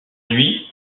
nuit